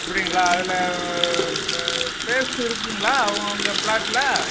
அப்படிங்களா அதில் ஸ்பேஸ் இருக்குங்களா உங்கள் ப்ளாட்டில